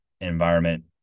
environment